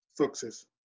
success